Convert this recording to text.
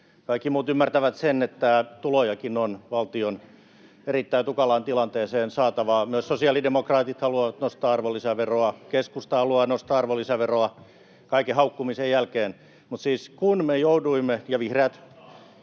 kaikki muut ymmärtävät sen, että tulojakin on valtion erittäin tukalaan tilanteeseen saatava. Myös sosiaalidemokraatit haluavat nostaa arvonlisäveroa, keskusta haluaa nostaa arvonlisäveroa kaiken haukkumisen jälkeen, ja vihreät.